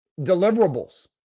deliverables